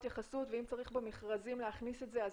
התייחסות ואם צריך להכניס את זה במכרזים,